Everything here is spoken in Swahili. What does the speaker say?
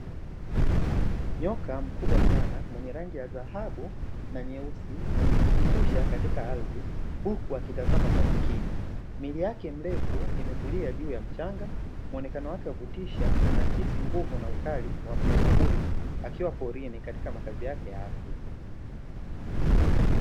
Nyoka mkubwa sana mwenye rangi ya dhahabu na nyeusi amejizungusha katika ardhi huku akitazama kwa makini, mwili wake mrefu umetulia juu ya mchanga. Muonekano wake wa kutisha unaakisi nguvu ukali wa mnyama huyu akiwa porini katika makazi yake ya asili.